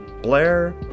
Blair